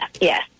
Yes